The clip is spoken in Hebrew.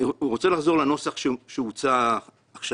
אני רוצה לחזור לנוסח שהוצע כעת: